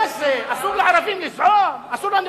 אסור לערבים לכעוס?